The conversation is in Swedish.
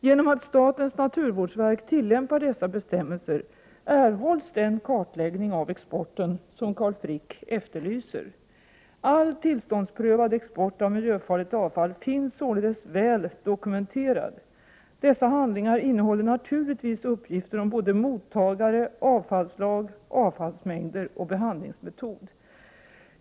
Genom att statens naturvårdsverk tillämpar dessa bestämmelser, erhålls den kartläggning av exporten som Carl Frick efterlyser. All tillståndsprövad export av miljöfarligt avfall finns således väl dokumenterad. Dessa handlingar innehåller naturligtvis uppgifter om både mottagare, avfallsslag, avfallsmängder och behandlingsmetod.